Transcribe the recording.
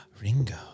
Ringo